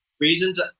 reasons